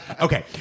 Okay